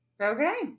Okay